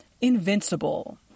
invincible